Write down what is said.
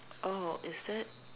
oh is it